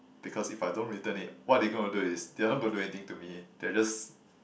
because if I don't return it what they gonna do is they are not gonna to do anything to me they will just